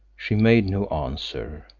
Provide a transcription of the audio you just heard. she made no answer,